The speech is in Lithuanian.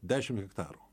dešimt hektarų